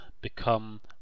become